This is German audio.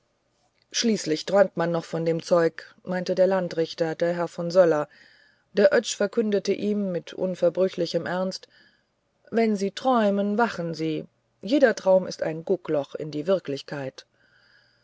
schließlich träumt man noch von dem zeug meinte der landrichter der herr von söller der oetsch verkündete ihm mit unverbrüchlichem ernst wenn sie träumen wachen sie jeder traum ist ein guckloch in die wirklichkeit